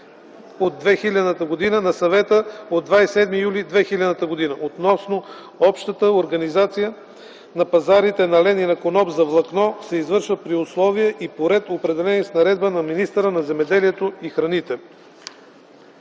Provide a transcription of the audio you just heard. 1673/2000 на Съвета от 27 юли 2000 г. относно общата организация на пазарите на лен и на коноп за влакно се извършва при условия и по ред, определени с наредба на министъра на земеделието и храните.”